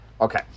Okay